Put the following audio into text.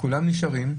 וכולם נשארים,